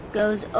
goes